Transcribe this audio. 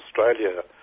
Australia